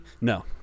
No